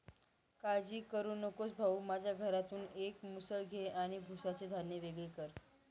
काळजी करू नकोस भाऊ, माझ्या घरातून एक मुसळ घे आणि भुसाचे धान्य वेगळे कर